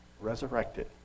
resurrected